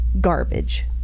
garbage